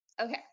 Okay